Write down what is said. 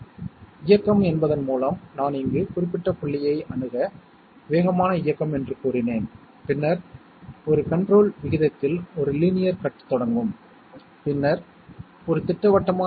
A AND A' என்பது 0 ஆகும் ஏனெனில் அவற்றில் குறைந்தபட்சம் ஒன்று 0 ஆக இருக்கும் மேலும் மற்றொரு மாறியுடன் 0 ANDED ஆக இருந்தால் உங்களுக்கு 0 கிடைக்கும்